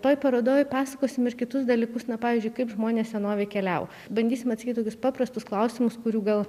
toj parodoj pasakosim ir kitus dalykus na pavyzdžiui kaip žmonės senovėj keliavo bandysim atsakyt tokius paprastus klausimus kurių gal